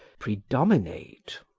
predominate.